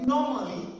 Normally